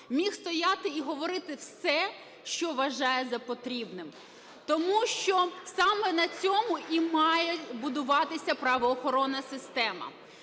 міг стояти і говорити все, що вважає за потрібне, тому що саме на цьому і має будуватися правоохоронна система.